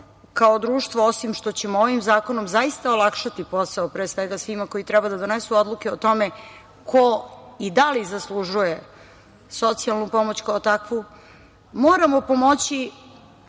kao društvo, osim što ćemo ovim zakonom zaista olakšati posao, pre svega svima koji treba da donesu odluke o tome ko i da li zaslužuje socijalnu pomoć kao takvu, moramo pomoći